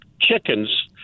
chickens